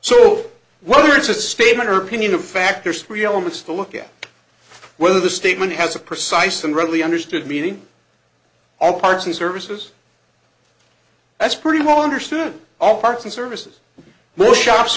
so whether it's a statement or opinion of fact there's three elements to look at whether the statement has a precise and readily understood meaning all parts and services that's pretty well understood all parts and services more shops